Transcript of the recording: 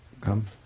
come